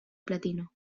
platino